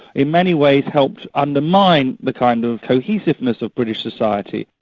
in many ways helped undermine the kind of cohesiveness of british society.